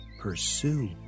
pursue